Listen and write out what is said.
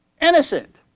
Innocent